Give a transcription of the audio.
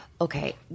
okay